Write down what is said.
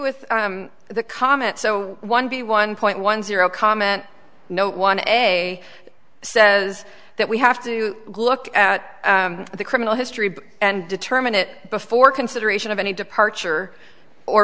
with the comment so one b one point one zero comma no one a says that we have to look at the criminal history and determine it before consideration of any departure or